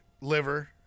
liver